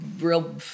real